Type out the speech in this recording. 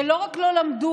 שלא רק לא למדו,